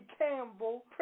Campbell